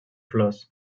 flors